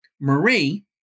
marie